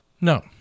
No